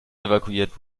evakuiert